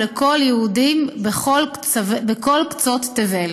ולכל היהודים בכל קצות תבל.